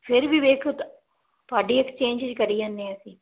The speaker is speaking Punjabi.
ਫਿਰ ਵੀ ਵੇਖ ਤੁ ਤੁਹਾਡੀ ਐਕਸਚੇਂਜ ਜੀ ਕਰੀ ਜਾਂਦੇ ਹਾਂ ਅਸੀਂ